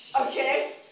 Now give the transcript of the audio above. Okay